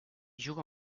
juga